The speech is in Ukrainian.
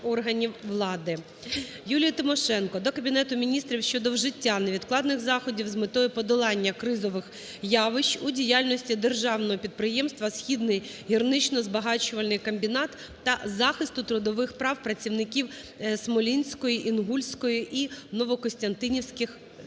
Юлії Тимошенко до Кабінету Міністрів щодо вжиття невідкладних заходів з метою подолання кризових явищ у діяльності державного підприємства "Східний гірничо-збагачувальний комбінат" та захисту трудових прав працівниківСмолінської, Інгульської і Новокостянтинівської шахт.